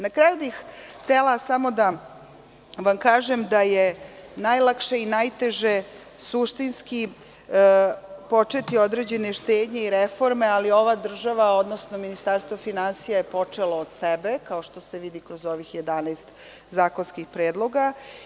Na kraju bih htela samo da vam kažem da je najlakše i najteže suštinski početi određene štednje i reforme, ali ova država, odnosno Ministarstvo finansija je počelo od sebe, kao što se vidi kroz ovih jedanaest zakonskih predloga.